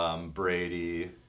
Brady